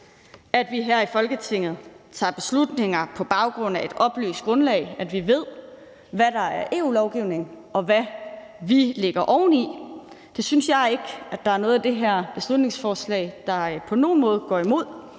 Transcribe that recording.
at vi her i Folketinget tager beslutninger på baggrund af et oplyst grundlag, at vi ved, hvad der er EU-lovgivning, og hvad vi lægger oveni. Det synes jeg ikke at der er noget i det her beslutningsforslag der på nogen måde går imod.